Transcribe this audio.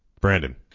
Brandon